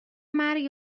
مرگ